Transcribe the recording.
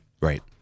Right